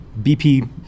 BP